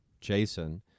Jason